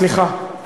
סליחה,